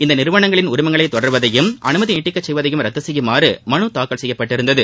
இந்த நிறுவனங்களின் உரிமங்களை தொடர்வதையும் அனுமதி நீட்டிக்கச் செய்வதையும் ரத்து செய்யுமாறு மனு தாக்கல் செய்யப்பட்டிருந்தது